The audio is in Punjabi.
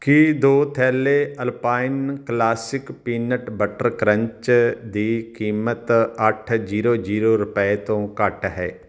ਕੀ ਦੋ ਥੈਲੇ Alpine classic peanut butter crunch ਦੀ ਕੀਮਤ ਅੱਠ ਜੀਰੋ ਜੀਰੋ ਰੁਪਏ ਤੋਂ ਘੱਟ ਹੈ